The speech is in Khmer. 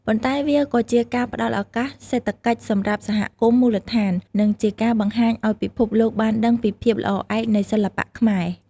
ប៉ុន្តែវាក៏ជាការផ្ដល់ឱកាសសេដ្ឋកិច្ចសម្រាប់សហគមន៍មូលដ្ឋាន និងជាការបង្ហាញឲ្យពិភពលោកបានដឹងពីភាពល្អឯកនៃសិល្បៈខ្មែរ។